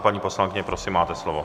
Paní poslankyně, prosím, máte slovo.